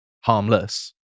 harmless